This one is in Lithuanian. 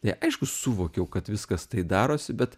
tai aišku suvokiau kad viskas tai darosi bet